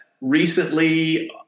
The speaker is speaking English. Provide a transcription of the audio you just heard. recently